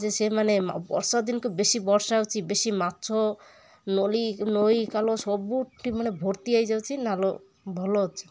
ଯେ ସେମାନେ ବର୍ଷା ଦିନକୁ ବେଶୀ ବର୍ଷା ହଉଚି ବେଶୀ ମାଛ ନଲି ନଈନାଳ ସବୁଠି ମାନେ ଭର୍ତ୍ତି ହେଇଯାଉଛି ନାଲ ଭଲ ଅଛି